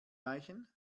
reichen